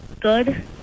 Good